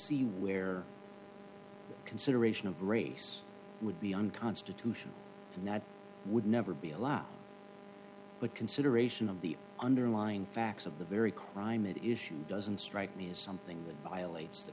see where consideration of race would be unconstitutional and that would never be allowed but consideration of the underlying facts of the very climate issue doesn't strike me as something